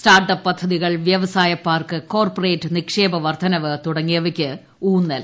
start up പദ്ധതികൾ വൃവസായ park corporate നിക്ഷേപ വർദ്ധനവ് തുടങ്ങിയവയ്ക്ക് ഊന്നൽ